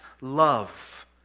love